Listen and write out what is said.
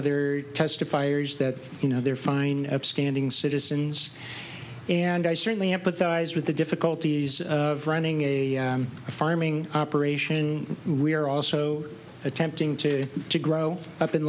other testifiers that you know they're fine upstanding citizens and i certainly empathize with the difficulties of running a farming operation we are also attempting to to grow up in